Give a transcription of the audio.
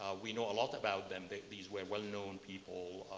we know a lot about them. these were well-known people,